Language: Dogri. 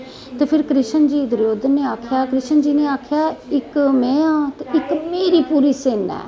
ते फिर कृष्ण जी ने आखेआ कि इक मेरी पूरी सेना ऐ